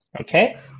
okay